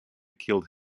killed